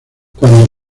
cuando